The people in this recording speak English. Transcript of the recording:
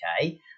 okay